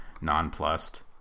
nonplussed